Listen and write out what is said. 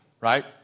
right